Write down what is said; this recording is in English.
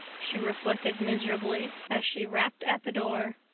she reflected miserably, as she rapped at the door.